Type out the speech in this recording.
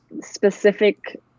specific